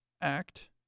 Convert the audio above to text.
act